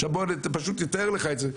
עכשיו בוא, אני פשוט אתאר לך את זה.